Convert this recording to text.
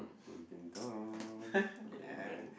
peeping Tom yeah